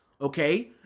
Okay